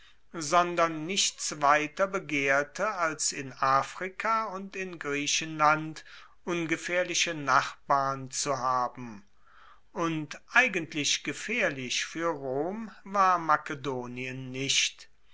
sondern nichts weiter begehrte als in afrika und in griechenland ungefaehrliche nachbarn zu haben und eigentlich gefaehrlich fuer rom war makedonien nicht